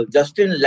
Justin